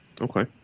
Okay